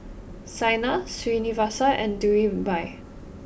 Saina Srinivasa and Dhirubhai